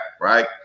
right